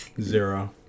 Zero